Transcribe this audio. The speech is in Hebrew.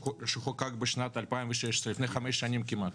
שנחקק בשנת 2016, לפני חמש שנים כמעט.